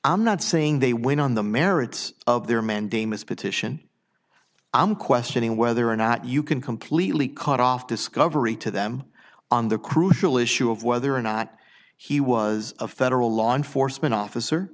i'm not saying they win on the merits of their mandamus petition i'm questioning whether or not you can completely cut off discovery to them on the crucial issue of whether or not he was a federal law enforcement officer